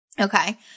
Okay